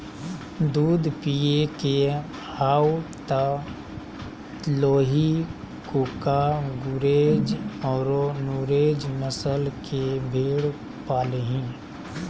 दूध पिये के हाउ त लोही, कूका, गुरेज औरो नुरेज नस्ल के भेड़ पालीहीं